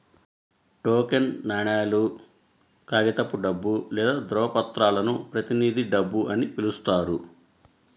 token నాణేలు, కాగితపు డబ్బు లేదా ధ్రువపత్రాలను ప్రతినిధి డబ్బు అని పిలుస్తారు